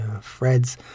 Fred's